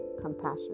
compassion